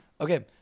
Okay